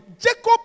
Jacob